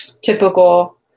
typical